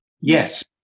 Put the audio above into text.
Yes